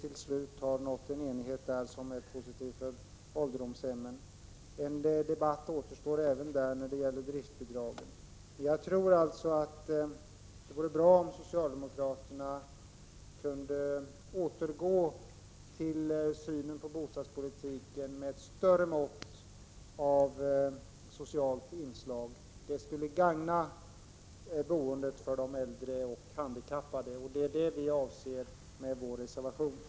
Till slut har vi nått enighet, något som är positivt för ålderdomshemmen. En debatt återstår även där när det gäller driftbidragen. Det vore bra om socialdemokraterna kunde återgå till en bostadspolitik med större mått av socialt inslag. Det skulle gagna boendet för de äldre och handikappade. Det är det vi vill åstadkomma med vår reservation.